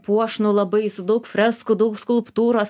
puošnų labai su daug freskų daug skulptūros